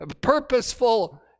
purposeful